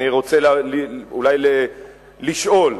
אני רוצה אולי לשאול,